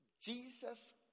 Jesus